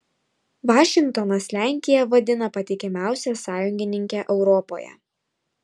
vašingtonas lenkiją vadina patikimiausia sąjungininke europoje